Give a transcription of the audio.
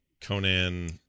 Conan